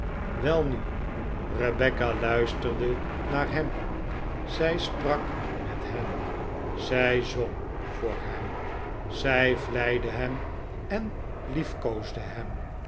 welnu rebecca luisterde naar hem zij sprak met hem zij zong voor hem zij vleide hem en lief koosde hem